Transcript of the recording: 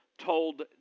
told